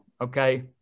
okay